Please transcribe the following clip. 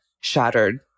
shattered